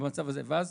ואז